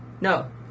No